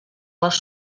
les